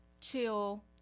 chill